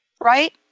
Right